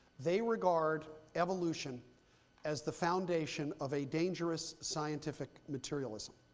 they regard evolution as the foundation of a dangerous scientific materialism.